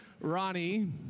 Ronnie